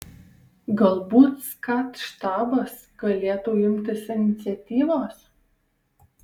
galbūt skat štabas galėtų imtis iniciatyvos